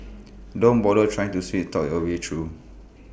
don't bother trying to sweet talk your way through